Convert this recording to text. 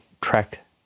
track